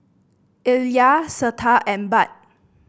Illya Cleta and Bud